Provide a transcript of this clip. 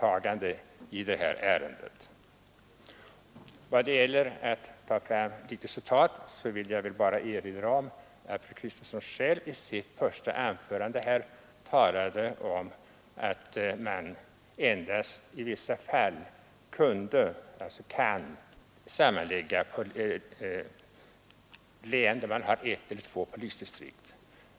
Jag har naturligtvis ingen erinran mot detta tillägg. För att fortsätta att referera fru Kristensson vill jag bara erinra om att fru Kristensson själv i sitt första anförande talade om att man endast i vissa fall kan sammanlägga län som har ett eller två polisdistrikt.